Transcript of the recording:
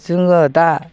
जोङो दा